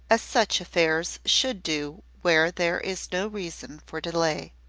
as such affairs should do where there is no reason for delay.